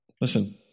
Listen